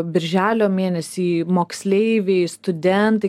birželio mėnesį moksleiviai studentai